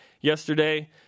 yesterday